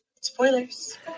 spoilers